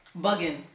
bugging